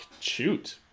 Shoot